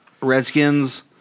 Redskins